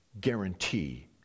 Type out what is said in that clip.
guarantee